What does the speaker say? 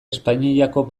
espainiako